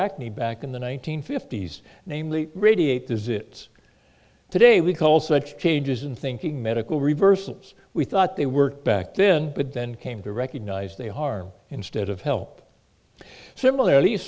acne back in the one nine hundred fifty s namely radiate does it today we call such changes in thinking medical reversals we thought they were back then but then came to recognize they harm instead of help similar